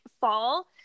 fall